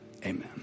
amen